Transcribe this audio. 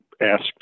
asked